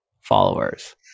followers